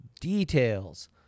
details